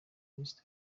miss